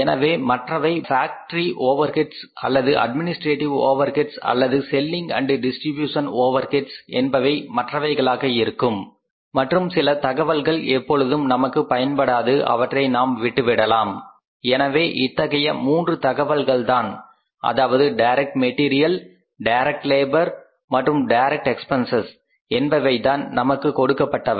எனவே மற்றவை factory overheads அல்லது அட்மினிஸ்ட்ரேடிவ் ஓவர் ஹெட்ஸ் அல்லது selling and distribution overheads Selling Distribution overheads என்பவை மற்றவைகளாக இருக்கும் மற்றும் சில தகவல்கள் எப்பொழுதும் நமக்கு பயன்படாது அவற்றை நாம் விட்டுவிடலாம் எனவே இத்தகைய 3 தகவல்கள்தான் அதாவது டைரக்ட் மெட்டீரியல் டைரக்ட் லேபர் மற்றும் டைரக்ட் எக்பென்சஸ் என்பவைதான் நமக்கு கொடுக்கப்பட்டவை